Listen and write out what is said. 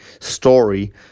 story